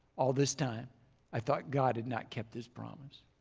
all this time i thought god had not kept his promise.